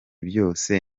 byose